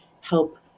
help